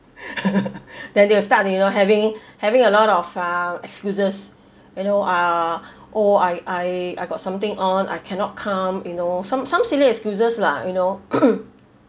then they will start you know having having a lot of uh excuses you know ah oh I I I got something on I cannot come you know some some silly excuses lah you know